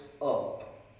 Up